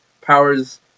powers